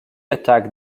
attacked